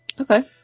Okay